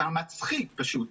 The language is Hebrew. אתה מצחיק פשוט.